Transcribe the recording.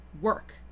work